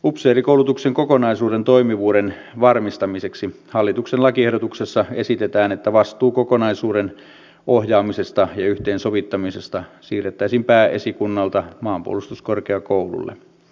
upseerikoulutuksen kokonaisuuden toimivuuden varmistamiseksi hallituksen lakiehdotuksessa esitetään että vastuu kokonaisuuden ohjaamisesta ja yhteensovittamisesta siirrettäisiin pääesikunnalta maanpuolustuskorkeakoululle